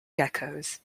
geckos